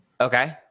Okay